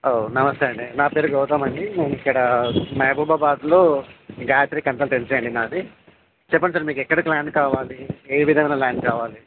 ఓ నమస్తే అండి నా పేరు గౌతమ్ అండి నేను ఇక్కడ మహబూబాబాద్లో గాయత్రి కన్సల్టెన్సీ అండి నాది చెప్పండి సార్ మీకు ఎక్కడ ల్యాండ్ కావాలి ఏ విధమైన ల్యాండ్ కావాలి